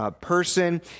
person